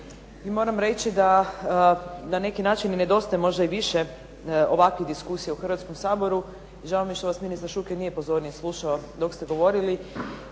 moram reći da na neki način mi nedostaje možda i više ovakvih diskusija u Hrvatskom saboru i žao mi je što vas ministar Šuker nije pozornije slušao dok ste govorili.